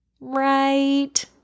right